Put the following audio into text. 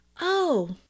Oh